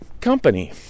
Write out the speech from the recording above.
company